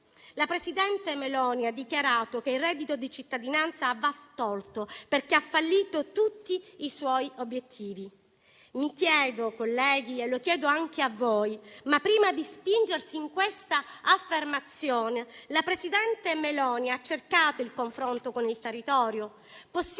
La presidente Meloni ha dichiarato che il reddito di cittadinanza va tolto, perché ha fallito tutti i suoi obiettivi. Mi chiedo, colleghi, e lo chiedo anche a voi: ma prima di spingersi in quest'affermazione, la presidente Meloni ha cercato il confronto con il territorio? Possibile